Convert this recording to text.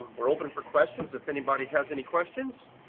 we're open for questions, if anybody has any questions.